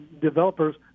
Developers